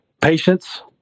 Patience